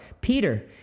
Peter